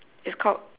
it's called